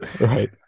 Right